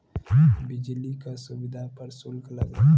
बिजली क सुविधा पर सुल्क लगेला